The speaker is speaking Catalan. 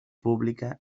pública